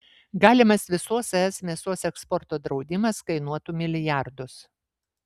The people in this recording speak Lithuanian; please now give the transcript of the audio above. galimas visos es mėsos eksporto draudimas kainuotų milijardus